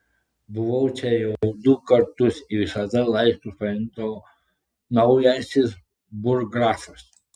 buvau čia jau du kartus ir visada laiškus paimdavo naujasis burggrafas